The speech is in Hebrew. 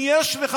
אם יש לך,